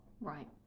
Right